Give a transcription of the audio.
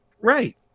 Right